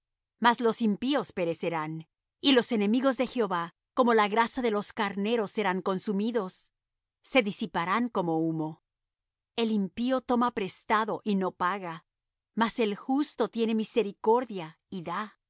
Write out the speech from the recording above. mas los impíos perecerán y los enemigos de jehová como la grasa de los carneros serán consumidos se disiparán como humo el impío toma prestado y no paga mas el justo tiene misericordia y da